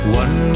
one